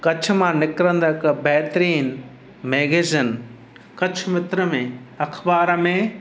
कच्छ मां निकरंदड़ु हिक बहितरीनु मैग्ज़ीन कच्छ मित्र में अख़बार में